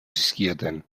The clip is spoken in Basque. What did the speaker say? zizkioten